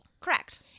correct